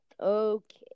Okay